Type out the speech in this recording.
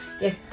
Yes